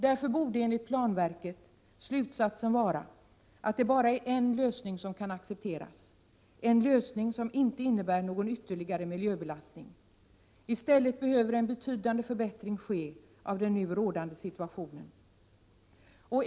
Därför borde, enligt planverket, slutsatsen vara att det bara är en lösning som kan accepteras, en lösning som inte innebär någon ytterligare miljöbelastning. I stället behövs en betydande förbättring av den nu rådande situationen.